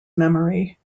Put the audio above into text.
memory